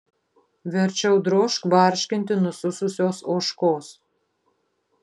verčiau drožk barškinti nusususios ožkos